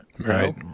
Right